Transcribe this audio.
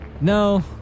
No